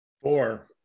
Four